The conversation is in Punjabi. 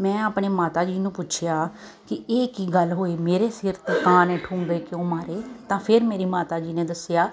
ਮੈਂ ਆਪਣੇ ਮਾਤਾ ਜੀ ਨੂੰ ਪੁੱਛਿਆ ਕਿ ਇਹ ਕੀ ਗੱਲ ਹੋਈ ਮੇਰੇ ਸਿਰ 'ਤੇ ਕਾਂ ਨੇ ਠੂੰਗੇ ਕਿਉਂ ਮਾਰੇ ਤਾਂ ਫਿਰ ਮੇਰੀ ਮਾਤਾ ਜੀ ਨੇ ਦੱਸਿਆ